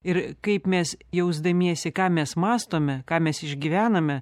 ir kaip mes jausdamiesi ką mes mąstome ką mes išgyvename